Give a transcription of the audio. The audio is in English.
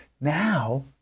Now